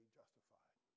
justified